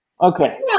Okay